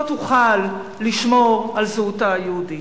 לא תוכל, לשמור על זהותה היהודית.